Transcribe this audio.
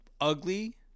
ugly